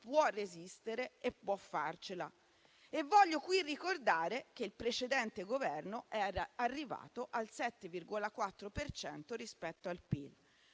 può resistere e può farcela. Voglio qui ricordare che il precedente Governo era arrivato al 7,4 per cento rispetto al PIL.